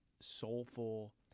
soulful